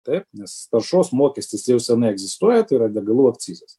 taip nes taršos mokestis jau senai egzistuoja tai yra degalų akcizas